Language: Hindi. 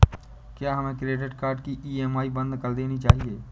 क्या हमें क्रेडिट कार्ड की ई.एम.आई बंद कर देनी चाहिए?